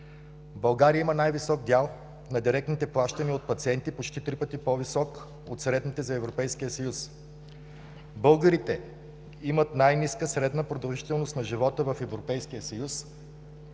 България има най-висок дял на директните плащания от пациенти почти три пъти по-висок от средните за Европейския съюз. Българите имат най-ниска средна продължителност на живота в Европейския съюз